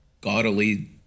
gaudily